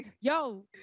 Yo